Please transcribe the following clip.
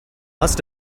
must